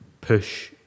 push